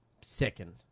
second